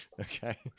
Okay